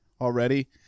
already